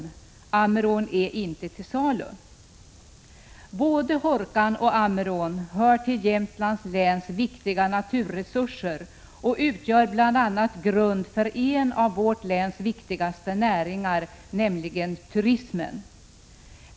Ammerån är inte till salu! Både Hårkan och Ammerån hör till Jämtlands läns viktiga naturresurser och utgör en av grunderna för en av vårt läns viktigaste näringar, nämligen turismen.